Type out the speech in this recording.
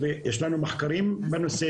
ויש לנו מחקרים בנושא,